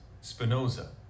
Spinoza